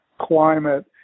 climate